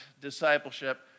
discipleship